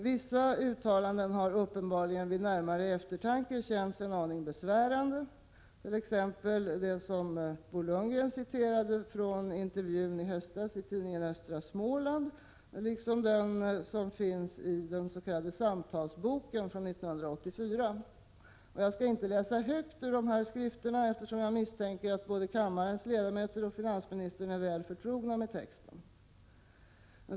Vissa uttalanden har uppenbarligen vid närmare eftertanke känts besvärande, t.ex. den intervju i höstas i tidningen Östra Småland som Bo Lundgren tog upp och det som återfinns i s.k. Samtalsboken från 1984. Jag skall inte läsa högt ur dessa skrifter, eftersom jag misstänker att både kammarens ledamöter och finansministern är väl förtrogna med texten.